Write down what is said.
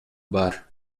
бар